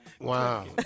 Wow